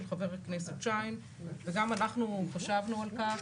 חבר הכנסת שיין וגם אנחנו חשבנו על-כך,